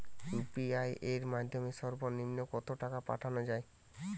UPI এর মাধ্যমে সর্ব নিম্ন কত টাকা পাঠানো য়ায়?